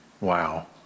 Wow